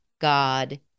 God